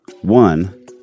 One